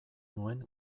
nuen